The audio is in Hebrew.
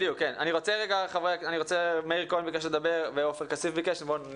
מאיר כהן ביקש לדבר, ועופר כסיף ביקש לדבר.